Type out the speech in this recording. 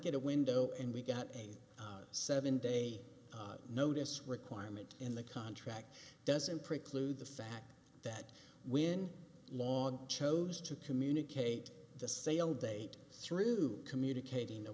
get a window and we got a seven day notice requirement in the contract doesn't preclude the fact that when logged chose to communicate the sale date through communicating